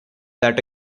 that